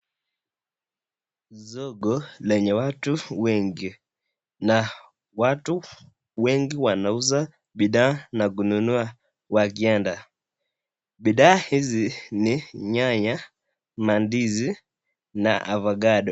Soko lenye watu wengi na watu wengi wanauza bidhaa na kununua wakienda bidhaa hizi ni nyanya na ndizi na ovacado.